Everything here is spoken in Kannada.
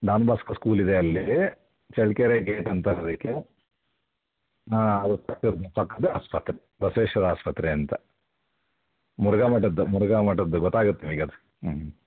ಡಾನ್ ಬಾಸ್ಕೋ ಸ್ಕೂಲ್ ಇದೆ ಅಲ್ಲಿ ಚಳ್ಳಕೆರೆ ಗೇಟ್ ಅಂತಾರೆ ಅದಕ್ಕೆ ಹಾಂ ಅದು ಪಕ್ಕದ ಪಕ್ಕದ ಆಸ್ಪತ್ರೆ ಬಸವೇಶ್ವರ ಆಸ್ಪತ್ರೆ ಅಂತ ಮುರುಘಾಮಠದ್ದು ಮುರುಘಾಮಠದ್ದು ಗೊತ್ತಾಗುತ್ತೆ ನಿಮಗೆ ಅದು ಹ್ಞೂ